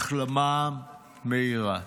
החלמה מהירה.